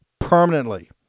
permanently